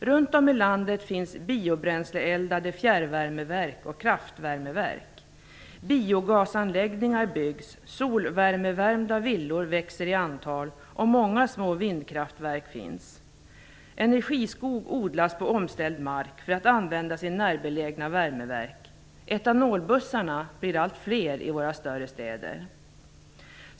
Runt om i landet finns biobränsleeldade fjärrvärmeverk och kraftvärmeverk. Biogasanläggningar byggs, solvärmevärmda villor växer i antal och det finns många små vindkraftverk. Energiskog odlas på omställd mark för att användas i närbelägna värmeverk. Etanolbussarna blir allt fler i våra större städer.